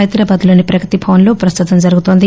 హైదరాబాద్లోని ప్రగతి భవన్లో ప్రస్తుతం జరుగుతోంది